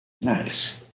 nice